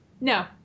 No